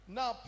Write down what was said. Now